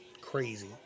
Crazy